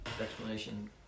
explanation